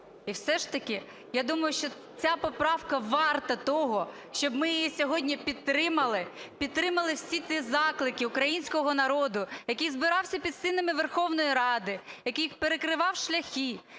І все ж таки я думаю, що ця поправка варта того, щоб ми її сьогодні підтримали, підтримали всі ці заклики українського народу, який збирався під стінами Верховної Ради, який перекривав шляхи,